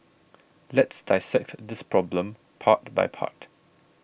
let's dissect this problem part by part